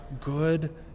good